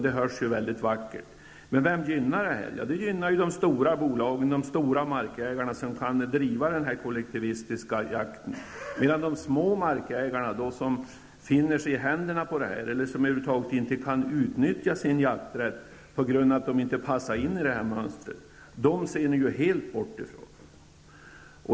Det låter mycket vackert, men vem gynnar det? Det gynnar de stora bolagen och de stora markägarna som kan driva den kollektivistiska jakten, medan de små markägarna som befinner sig i händerna på detta, över huvud taget inte kan utnyttja sin jakträtt på grund av att de inte passar in i mönstret. Detta ser ni helt enkelt bort ifrån.